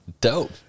dope